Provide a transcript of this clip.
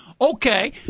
okay